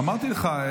אמרתי לך,